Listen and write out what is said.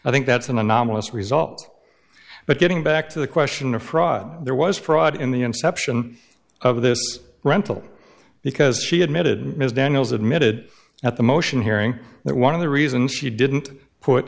i think that's an anomalous result but getting back to the question of fraud there was fraud in the inception of this rental because he admitted his daniels admitted at the motion hearing that one of the reasons he didn't put